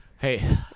Hey